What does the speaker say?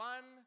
One